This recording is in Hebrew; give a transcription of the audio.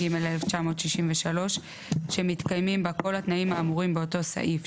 תשכ"ג-1963 שמתקיימים בה כל התנאים האמורים באותו סעיף,